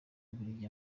bubiligi